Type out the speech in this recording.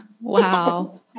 Wow